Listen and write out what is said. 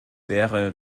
wäre